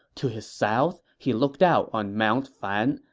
to his south, he looked out on mount fan,